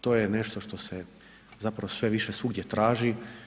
To je nešto što se zapravo sve više svugdje traži.